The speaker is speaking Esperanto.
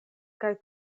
kaj